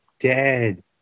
dead